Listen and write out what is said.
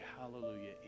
hallelujah